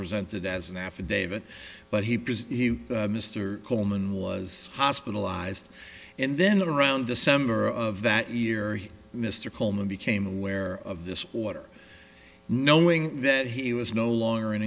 presented as an affidavit but he was mr coleman was hospitalized and then around december of that year he mr coleman became aware of this order knowing that he was no longer an